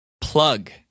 Plug